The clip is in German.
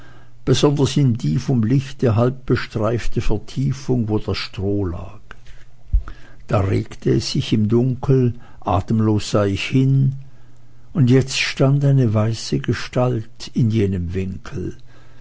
besonders in die vom lichte halb bestreifte vertiefung wo das stroh lag da regte es sich im dunkel atemlos sah ich hin und jetzt stand eine weiße gestalt in jenem winkel